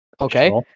Okay